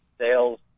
sales